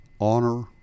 honor